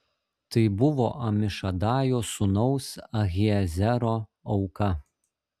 tai buvo amišadajo sūnaus ahiezero auka